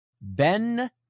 Ben